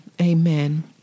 Amen